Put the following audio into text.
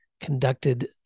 conducted